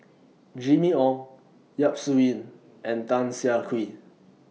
Jimmy Ong Yap Su Yin and Tan Siah Kwee